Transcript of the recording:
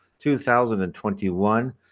2021